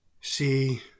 see